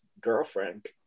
girlfriend